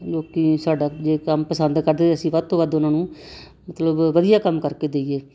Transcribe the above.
ਲੋਕੀ ਸਾਡਾ ਜੇ ਕੰਮ ਪਸੰਦ ਕਰਦੇ ਅਸੀਂ ਵੱਧ ਤੋਂ ਵੱਧ ਉਹਨਾਂ ਨੂੰ ਮਤਲਬ ਵਧੀਆ ਕੰਮ ਕਰਕੇ ਦਈਏ